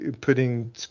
putting